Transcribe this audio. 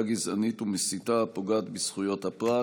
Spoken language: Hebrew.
גזענית ומסיתה הפוגעת בזכויות הפרט.